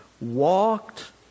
walked